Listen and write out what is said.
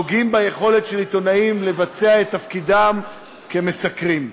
פוגעים ביכולת של עיתונאים למלא את תפקידם כמסקרים.